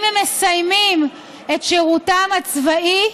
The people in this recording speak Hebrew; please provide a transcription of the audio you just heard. אם הם מסיימים את שירותם הצבאי,